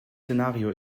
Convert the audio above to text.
szenario